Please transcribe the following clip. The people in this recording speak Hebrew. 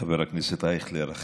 חבר הכנסת אייכלר,